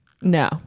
No